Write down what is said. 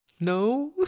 No